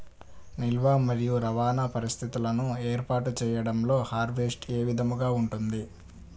నిల్వ మరియు రవాణా పరిస్థితులను ఏర్పాటు చేయడంలో హార్వెస్ట్ ఏ విధముగా ఉంటుంది?